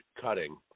cutting